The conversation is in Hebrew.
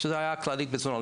שזה היה כללית בזמנו,